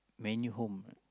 Man-U home